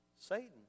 Satan